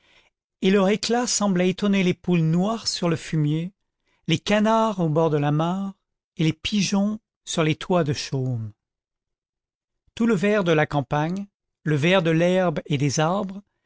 et leur éclat semblait étonner les poules noires sur le fumier les canards au bord de la mare et les pigeons sur les toits de chaume tout le vert de la campagne le vert de l'herbe et des arbres